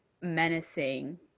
menacing